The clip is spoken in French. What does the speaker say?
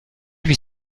huit